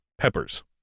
peppers